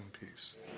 peace